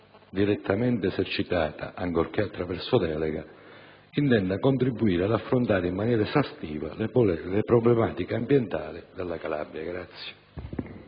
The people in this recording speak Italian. direttamente, ancorché attraverso delega, intenda contribuire ad affrontare in modo esaustivo le problematiche ambientali della Calabria.